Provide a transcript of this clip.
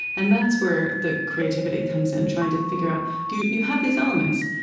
and that's where the creativity comes in, trying to figure out you you have these elements,